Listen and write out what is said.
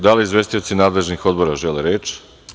Da li izvestioci nadležnih odbora žele reč?